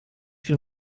gen